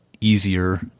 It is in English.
easier